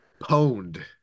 pwned